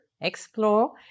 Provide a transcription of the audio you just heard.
explore